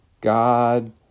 God